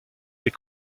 des